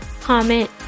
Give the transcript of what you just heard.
comment